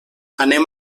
anem